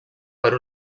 per